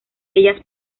ellas